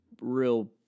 real